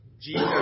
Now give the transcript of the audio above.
Jesus